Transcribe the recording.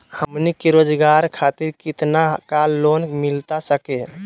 हमनी के रोगजागर खातिर कितना का लोन मिलता सके?